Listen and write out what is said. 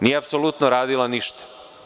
Nije apsolutno radila ništa.